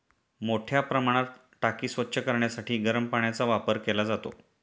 मोठ्या प्रमाणात टाकी स्वच्छ करण्यासाठी गरम पाण्याचा वापर केला जातो